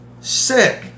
sick